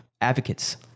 advocates